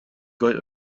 gold